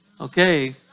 Okay